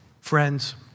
Friends